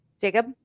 Jacob